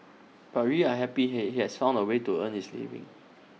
but we are happy he he has found A way to earn his living